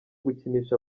gukinisha